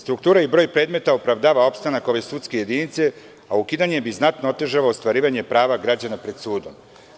Struktura i broj predmeta opravdava opstanak ove sudske jedinice, a ukidanje bi znatno otežalo ostvarivanje prava građana pred sudom.